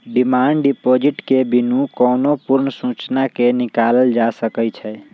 demand deposit के बिनु कोनो पूर्व सूचना के निकालल जा सकइ छै